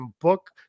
book